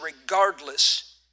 regardless